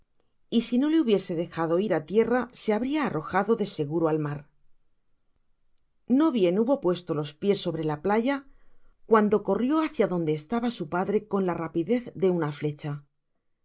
y si no le hubiese dejado ir á tierra se habria arrojado de seguro al mar no bien hubo puesto los pies sobre la playa cuando corrio hácia donde estaba su padre con la rapidez de una flecha